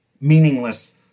meaningless